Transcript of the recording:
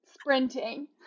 sprinting